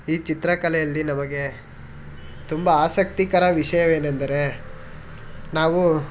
ಈ ಚಿತ್ರಕಲೆಯಲ್ಲಿ ನಮಗೆ ತುಂಬ ಆಸಕ್ತಿಕರ ವಿಷಯವೇನೆಂದರೆ ನಾವು